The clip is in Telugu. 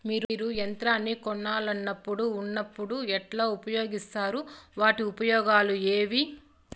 మీరు యంత్రాన్ని కొనాలన్నప్పుడు ఉన్నప్పుడు ఎట్లా ఉపయోగిస్తారు వాటి ఉపయోగాలు ఏవి?